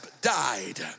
died